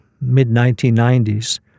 mid-1990s